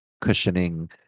cushioning